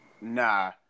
nah